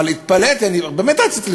אבל התפלאתי, באמת רציתי לבדוק.